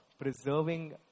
preserving